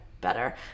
better